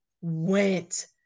went